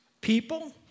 People